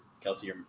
Kelsey